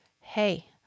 hey